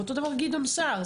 ואותו דבר גדעון סער,